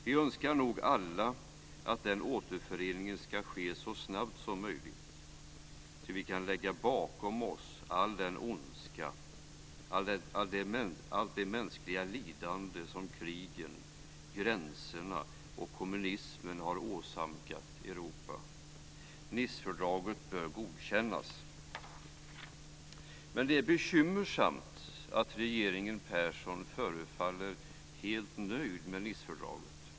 Vi önskar nog alla att den återföreningen ska ske så snabbt som möjligt, så att vi kan lägga bakom oss all den ondska och allt det mänskliga lidande som krigen, gränserna och kommunismen har åsamkat Europa. Nicefördraget bör godkännas! Men det är bekymmersamt att regeringen Persson förefaller helt nöjd med Nicefördraget.